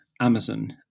Amazon